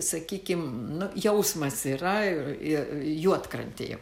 sakykim nu jausmas yra ir juodkrantėje